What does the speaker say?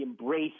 embrace